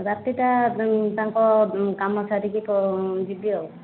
ରାତିଟା ତେଣୁ ତାଙ୍କ କାମ ସାରିକି ଯିବି ଆଉ